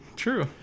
true